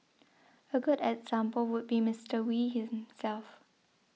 a good example would be Mister Wee himself